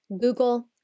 Google